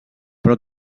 però